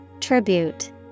Tribute